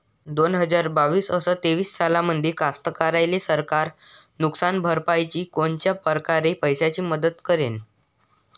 दोन हजार बावीस अस तेवीस सालामंदी कास्तकाराइले सरकार नुकसान भरपाईची कोनच्या परकारे पैशाची मदत करेन?